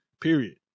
period